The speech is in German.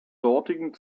dortigen